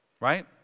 Right